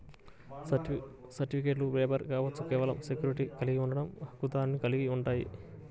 సర్టిఫికెట్లుబేరర్ కావచ్చు, కేవలం సెక్యూరిటీని కలిగి ఉండట, హక్కుదారుని కలిగి ఉంటాయి,